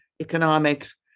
economics